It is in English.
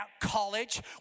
college